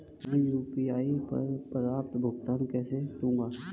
मैं यू.पी.आई पर प्राप्त भुगतान को कैसे देखूं?